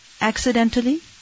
Accidentally